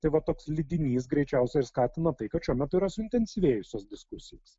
tai va toks lydinys greičiausiai ir skatina tai kad šiuo metu yra suintensyvėjusios diskusijos